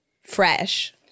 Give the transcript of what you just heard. fresh